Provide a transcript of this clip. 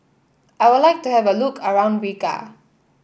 I would like to have a look around Riga